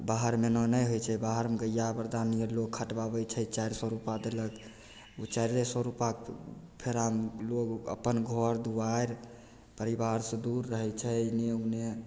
बाहरमे एना नहि होइ छै बाहरमे गैया बरदा नियन लोग खटबाबय छै चारि सओ रुपैआ देलक उ चाइरे सओ रुपैआ फेरा लोग अपन घर दुआरि परिवारसँ दूर रहय छै एने उने